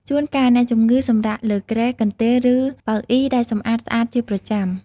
ជួនកាល អ្នកជម្ងឺសម្រាកលើគ្រែ កន្ទេល ឬ ប៉ៅអុីដែលសម្អាតស្អាតជាប្រចាំ។